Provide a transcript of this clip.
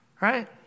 right